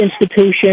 institution